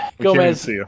Gomez